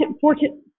Fortune